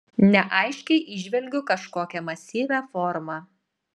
neaiškiai įžvelgiu kažkokią masyvią formą